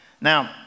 Now